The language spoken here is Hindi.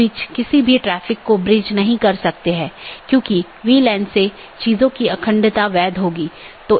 त्रुटि स्थितियों की सूचना एक BGP डिवाइस त्रुटि का निरीक्षण कर सकती है जो एक सहकर्मी से कनेक्शन को प्रभावित करने वाली त्रुटि स्थिति का निरीक्षण करती है